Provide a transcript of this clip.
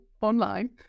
online